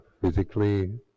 physically